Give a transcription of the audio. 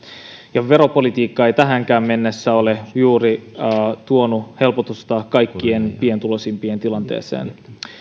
ja veropolitiikka ei tähänkään mennessä ole juuri tuonut helpotusta kaikkein pienituloisimpien tilanteeseen